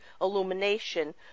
illumination